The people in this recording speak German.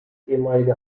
ehemalige